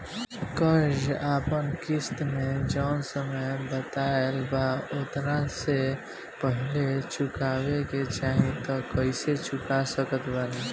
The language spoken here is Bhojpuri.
कर्जा अगर किश्त मे जऊन समय बनहाएल बा ओतना से पहिले चुकावे के चाहीं त कइसे चुका सकत बानी?